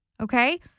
Okay